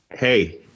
Hey